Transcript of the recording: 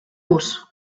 gust